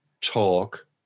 talk